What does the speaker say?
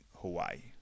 Hawaii